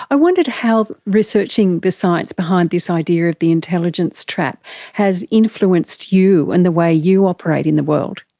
i wondered how researching the science behind this idea of the intelligence trap has influenced you and the way you operate in the world.